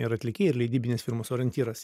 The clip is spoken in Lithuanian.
ir atlikėjai ir leidybinės firmos orientyras